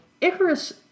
Icarus